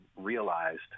realized